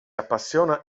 appassiona